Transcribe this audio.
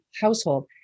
household